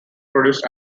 produced